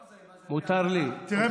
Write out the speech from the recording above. מה זה, זו תעמולה?